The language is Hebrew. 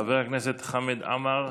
חבר הכנסת חמד עמאר,